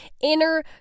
inner